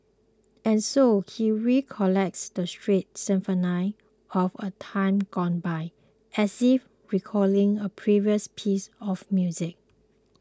and so he recollects the street symphony of a time gone by as if recalling a precious piece of music